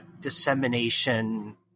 dissemination